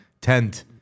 tent